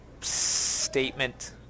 statement